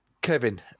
Kevin